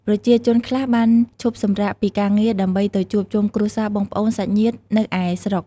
ប្រជាជនខ្លះបានឈប់សំរាកពីការងារដើម្បីទៅជួបជុំគ្រួសារ បងប្អូន សាច់ញ្ញាតិ នៅឯស្រុក។